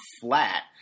flat